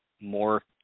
more